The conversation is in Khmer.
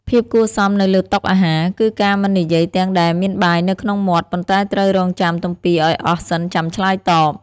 ភាពគួរសមនៅលើតុអាហារ គឺការមិននិយាយទាំងដែលមានបាយនៅក្នុងមាត់ ប៉ុន្តែត្រូវរង់ចាំទំពារឱ្យអស់សិនចាំឆ្លើយតប។